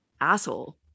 asshole